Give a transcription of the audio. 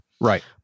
Right